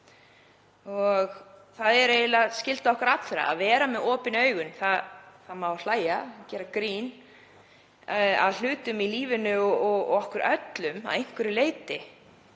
Það er eiginlega skylda okkar allra að vera með opin augu. Það má hlæja og gera grín að hlutum í lífinu og að okkur öllum að einhverju leyti.